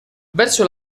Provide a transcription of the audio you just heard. verso